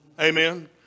Amen